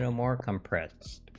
and more compressed